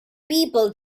people